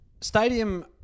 stadium